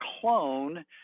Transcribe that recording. clone